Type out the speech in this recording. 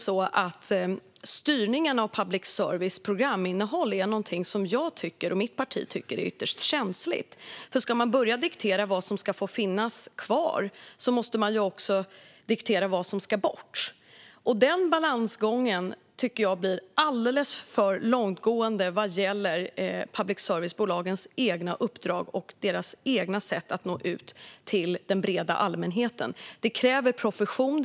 Styrningen av public services programinnehåll är nog ytterst känslig för mig och mitt parti. Ska man börja diktera vad som ska få finnas kvar måste man nämligen också diktera vad som ska bort. Den balansgången blir alldeles för långtgående vad gäller public service-bolagens egna uppdrag och egna sätt att nå ut till den breda allmänheten. Det kräver profession.